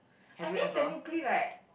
I mean technically like